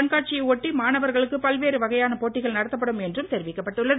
கண்காட்சியை ஒட்டி மாணவர்களுக்காக பல்வேறு வகையாக போட்டிகள் நடத்தப்படும் எனவும் தெரிவிக்கப்பட்டுள்ளது